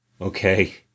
okay